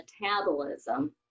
metabolism